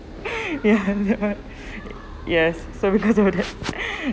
yes yes so because of the